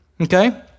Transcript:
Okay